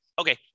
okay